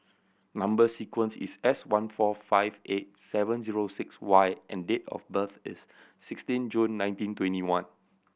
number sequence is S one four five eight seven zero six Y and date of birth is sixteen June nineteen twenty one